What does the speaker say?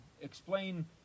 explain